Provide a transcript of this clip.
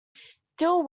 still